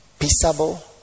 Peaceable